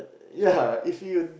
ya if you